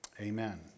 Amen